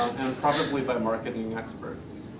and probably by marketing experts.